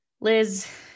Liz